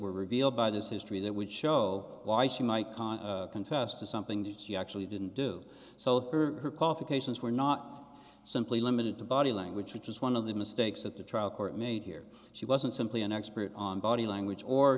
were revealed by this history that would show why she might cause confess to something that she actually didn't do so her cough occasions were not simply limited to body language which is one of the mistakes that the trial court made here she wasn't simply an expert on body language or